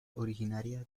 originaria